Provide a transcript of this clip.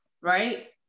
Right